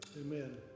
Amen